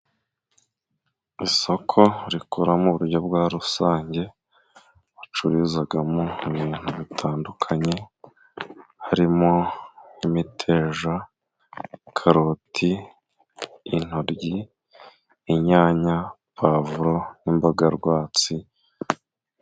Isoko rikora mu buryo bwa rusange bacururizamo ibintu bitandukanye harimo imiteja, karoti, intoryi, inyanya, pwavuro n'imboga rwatsi.